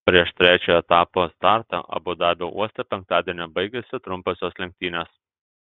prieš trečiojo etapo startą abu dabio uoste penktadienį baigėsi trumposios lenktynės